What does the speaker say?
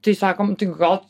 tai sakom tai gal